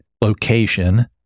location